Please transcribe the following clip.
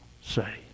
say